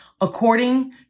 according